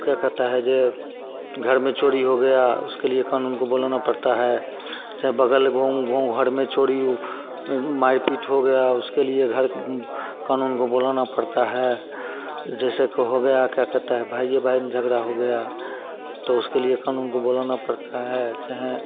क्या कहता है यह घर में चोरी हो गया उसके लिए कानून को बुलाना पड़ता है चाहे बगल घर में चोरी ऊ मारपीट हो गया उसके लिए घर कानून को बुलाना पड़ता है जैसे के हो गया क्या कहता है भाई भाई में झगड़ा हो गया तो उसके लिए कानून को बुलाना पड़ता है चाहें